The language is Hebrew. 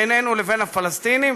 בינינו לבין הפלסטינים.